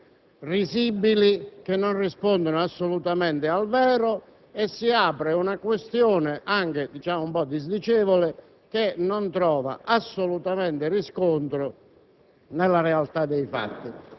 si introducono argomenti risibili che non rispondono assolutamente al vero e si apre una questione, anche un po' disdicevole, che non trova assolutamente riscontro